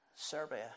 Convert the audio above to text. Serbia